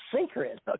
secret